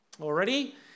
already